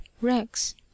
rex